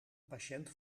patiënt